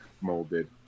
molded